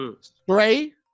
spray